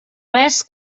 res